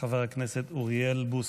חבר הכנסת אוריאל בוסו.